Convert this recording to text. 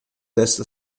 esta